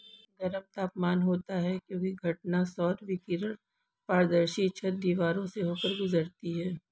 गर्म तापमान होता है क्योंकि घटना सौर विकिरण पारदर्शी छत, दीवारों से होकर गुजरती है